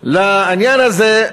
לעניין הזה,